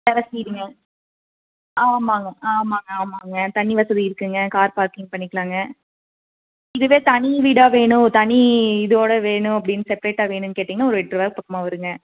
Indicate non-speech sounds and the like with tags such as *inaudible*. *unintelligible* ஆமாங்க ஆமாங்க ஆமாங்க தண்ணி வசதி இருக்குதுங்க கார் பார்க்கிங் பண்ணிக்கலாங்க இதுவே தனி வீடாக வேணும் தனி இதோடு வேணும் அப்படின்னு செப்ரேட்டா வேணும்னு கேட்டிங்கன்னால் ஒரு எட்டுருவாய்க்கு பக்கமா வருங்க